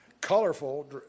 colorful